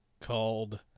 called